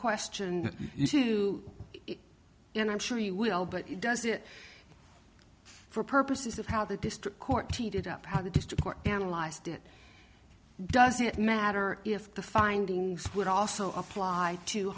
question to it and i'm sure you will but it does it for purposes of how the district court teated up how the district court analyzed it does it matter if the findings would also apply to